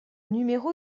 numéro